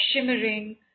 shimmering